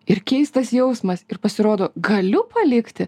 ir keistas jausmas ir pasirodo galiu palikti